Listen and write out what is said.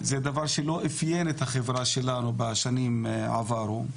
זה דבר שלא איפיין את החברה שלנו בשנים עברו.